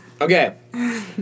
Okay